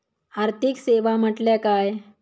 आर्थिक सेवा म्हटल्या काय?